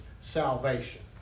salvation